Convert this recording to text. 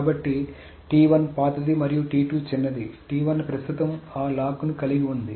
కాబట్టి పాతది మరియు చిన్నది ప్రస్తుతం ఆ లాక్ ని కలిగి ఉంది